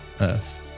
Earth